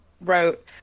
wrote